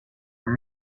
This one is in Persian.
تونن